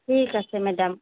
ঠিক আছে মেডাম